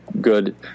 good